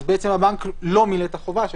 אז בעצם הבנק לא מילא את חובתו.